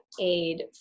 aid